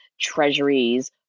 treasuries